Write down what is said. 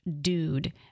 dude